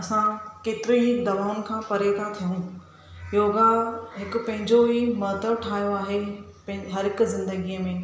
असां केतिरी ई दवाउनि खां परे था थियूं योगा हिकु पंहिंजो ई महत्व ठाहियो आहे हर हिकु ज़िंदगीअ में